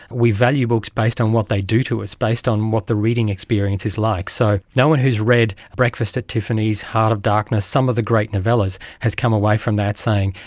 we value books based on what they do to us, based on what the reading experience is like. so no one who has read breakfast at tiffany's, heart of darkness, some of the greater novellas, has come away from that saying,